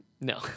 No